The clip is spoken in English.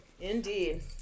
Indeed